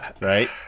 right